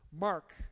Mark